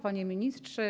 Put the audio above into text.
Panie Ministrze!